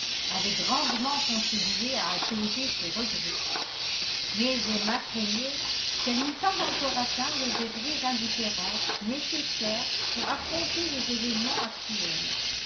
avait grandement contribué à apaiser ses regrets mais emma craignait qu'elle n'eût pas encore atteint le degré d'indifférence nécessaire pour affronter les événements actuels